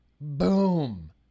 Boom